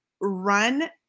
run